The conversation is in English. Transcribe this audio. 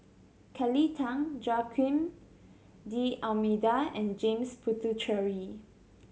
Kelly Tang Joaquim D'Almeida and James Puthucheary